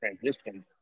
Transition